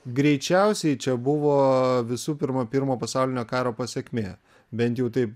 greičiausiai čia buvo visų pirma pirmo pasaulinio karo pasekmė bent jau taip